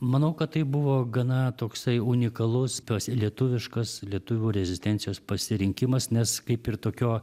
manau kad tai buvo gana toksai unikalus tos lietuviškos lietuvių rezistencijos pasirinkimas nes kaip ir tokio